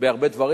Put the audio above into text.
בהרבה דברים.